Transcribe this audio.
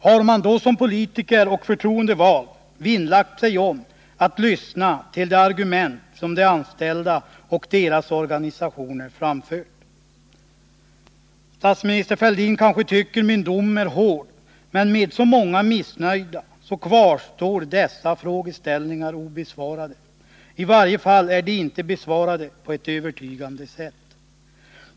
Har man då som politiker och förtroendevald vinnlagt sig om att lyssna till de argument som de anställda och deras organisationer framfört? Statsminister Fälldin kanske tycker att min dom är hård, men med så många missnöjda kvarstår dessa frågeställningar obesvarade; i varje fall är de inte besvarade på ett övertygande sätt.